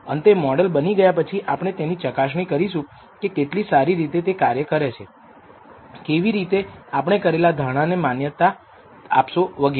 અંતે મોડલ બની ગયા પછી આપણે તેની ચકાસણી કરીશું કે કેટલી સારી રીતે તે કાર્ય કરે છે કેવી રીતે આપણે કરેલ ધારણા ને માન્યતા આપશો વગેરે